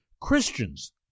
Christians